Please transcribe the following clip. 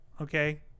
okay